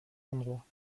endroits